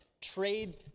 trade